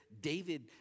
David